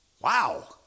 Wow